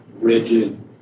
rigid